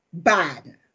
Biden